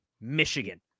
Michigan